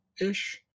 ish